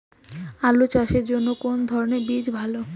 আলু চাষের জন্য কোন ধরণের বীজ ভালো?